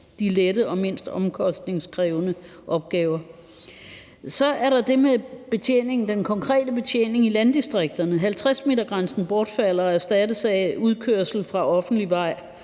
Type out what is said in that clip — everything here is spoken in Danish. de lette og mindst omkostningskrævende opgaver. Så er der det med den konkrete betjening i landdistrikterne. 50-metergrænsen bortfalder og erstattes af indkørsel fra offentlig vej